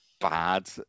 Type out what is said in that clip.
Bad